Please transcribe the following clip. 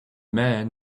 man